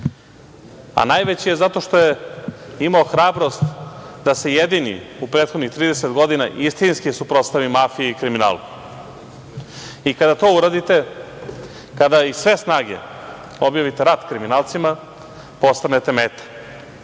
Najveći je zato što je imao hrabrost da se jedini u prethodnih 30 godina istinski suprotstavi mafiji i kriminalu i kada to uradite, kada iz sve snage objavite rat kriminalcima postanete meta,